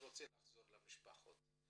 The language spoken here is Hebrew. רוצה לחזור למשפחות.